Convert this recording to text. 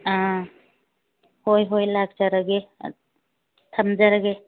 ꯑꯥ ꯍꯣꯏ ꯍꯣꯏ ꯂꯥꯛꯆꯔꯒꯦ ꯊꯝꯖꯔꯒꯦ